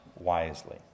wisely